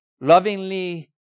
lovingly